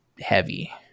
heavy